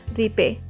repay